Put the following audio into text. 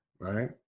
Right